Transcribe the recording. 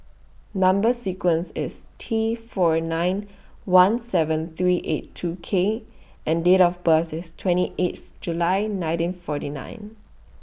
Number sequence IS T four nine one seven three eight two K and Date of birth IS twenty eighth July nineteen forty nine